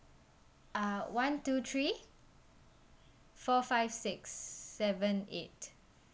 uh one two three four five six seven eight